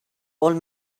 old